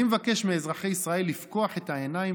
אני מבקש מאזרחי ישראל לפקוח את העיניים